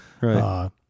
right